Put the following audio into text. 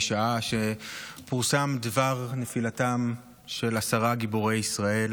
משעה שפורסם דבר נפילתם של עשרה גיבורי ישראל